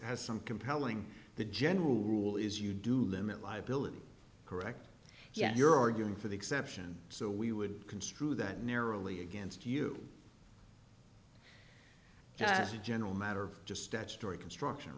has some compelling the general rule is you do limit liability correct yet you're arguing for the exemption so we would construe that narrowly against you as a general matter just statutory construction